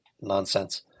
nonsense